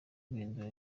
guhindura